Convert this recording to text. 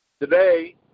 Today